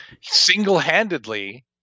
single-handedly